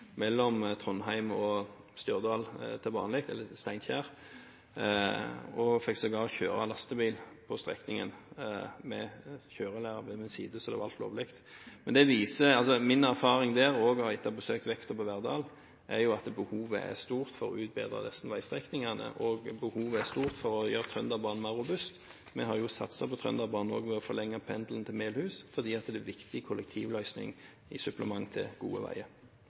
mellom Trondheim og Steinkjer til vanlig. Jeg fikk sågar kjøre lastebil på strekningen, med kjørelærer ved min side – så alt var lovlig! Min erfaring derfra, og etter å ha besøkt vekta på Verdal, er at behovet er stort for å utbedre disse veistrekningene og for å gjøre Trønderbanen mer robust. Vi har jo også satset på Trønderbanen ved å forlenge pendelen til Melhus fordi det er en viktig kollektivløsning som supplement til gode veier.